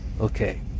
okay